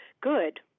good